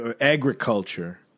Agriculture